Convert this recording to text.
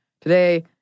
Today